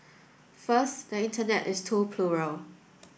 first the Internet is too plural